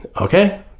okay